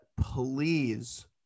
please